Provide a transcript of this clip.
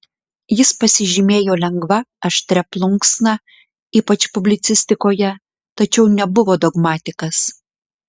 jis pasižymėjo lengva aštria plunksna ypač publicistikoje tačiau nebuvo dogmatikas